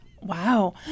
Wow